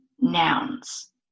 nouns